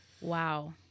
Wow